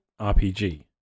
RPG